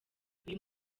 uyu